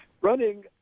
Running